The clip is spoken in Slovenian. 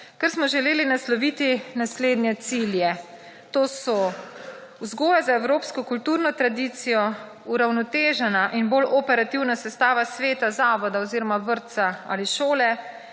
ker smo želeli nasloviti naslednje cilje. To so: vzgoja za evropsko kulturno tradicijo, uravnotežena in bolj operativna sestavna sveta zavoda oziroma vrtca ali šole,